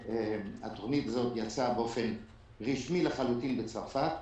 התוכנית הזאת יצאה באופן רשמי לחלוטין בצרפת.